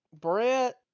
Brett